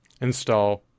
install